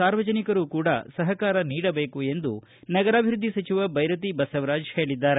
ಸಾರ್ವಜನಿಕರು ಕೂಡ ಸಪಕಾರ ನೀಡಬೇಕು ಎಂದು ನಗರಾಭಿವೃದ್ದಿ ಸಚಿವ ಬೈರತಿ ಬಸವರಾಜ್ ಹೇಳಿದ್ದಾರೆ